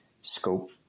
scope